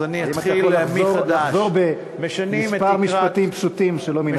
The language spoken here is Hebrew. אם אתה יכול לחזור בכמה משפטים פשוטים שלא מן הכתב.